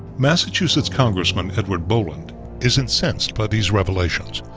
massachusetts congressman edward boland is incensed by these revelations.